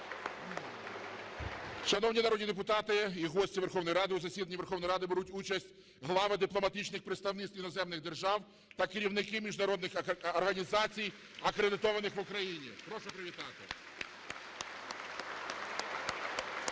Шановні народні депутати і гості Верховної Ради, у засіданні Верховної Ради беруть участь глави дипломатичних представництв іноземних держав та керівники міжнародних організацій, акредитованих в Україні. Прошу привітати.